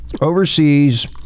overseas